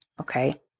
okay